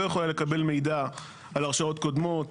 לא יכולה לקבל מידע על הרשעות קודמות,